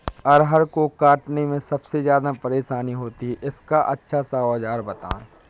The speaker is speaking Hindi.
अरहर को काटने में सबसे ज्यादा परेशानी होती है इसका अच्छा सा औजार बताएं?